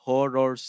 Horror